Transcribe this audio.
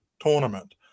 tournament